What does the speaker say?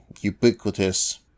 ubiquitous